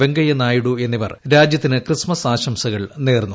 വെങ്കയ്യ നായിഡു എന്നിവർ രാജ്യത്തിന് ക്രിസ്മസ് ആശംസകൾ നേർന്നു